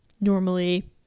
Normally